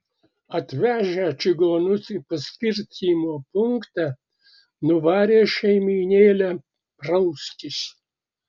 atvežę čigonus į paskirstymo punktą nuvarė šeimynėlę praustis